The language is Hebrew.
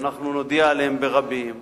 אנחנו נודיע עליהם ברבים.